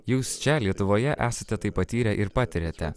jūs čia lietuvoje esate tai patyrę ir patiriate